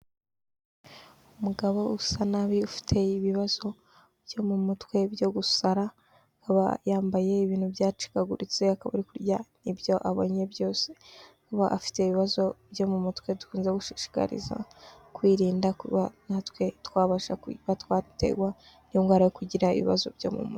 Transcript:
Umugabo usa nabi ufite ibibazo byo mu mutwe byo gusara, akaba yambaye ibintu byacikaguritse akaba ari kurya ibyo abonye byose. Akaba afite ibibazo byo mu mutwe, dukunze gushishikariza kwirinda kuba natwe twabasha kuba twaterwa n'iyo ndwara yo kugira ibibazo byo mu mutwe.